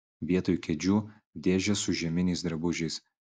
vietoj kėdžių dėžės su žieminiais drabužiais